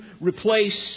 replace